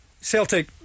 Celtic